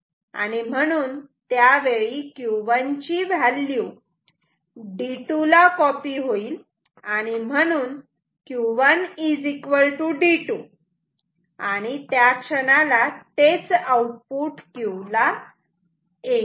म्हणून त्यावेळी Q1 ची व्हॅल्यू D2 ला कॉपी होईल आणि म्हणून Q1 D2 आणि त्या क्षणाला तेच आउटपुट Q ला येईल